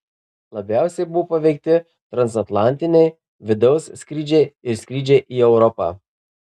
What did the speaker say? labiausiai buvo paveikti transatlantiniai vidaus skrydžiai ir skrydžiai į europą